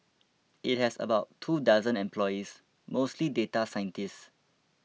it has about two dozen employees mostly data scientists